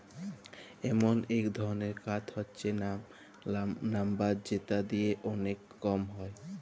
এমল এক ধরলের কাঠ হচ্যে লাম্বার যেটা দিয়ে ওলেক কম হ্যয়